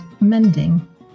Mending